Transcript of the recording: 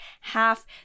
half